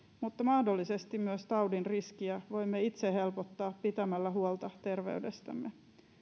mutta mahdollisesti myös taudin riskiä voimme itse helpottaa pitämällä huolta terveydestämme